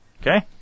Okay